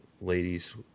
ladies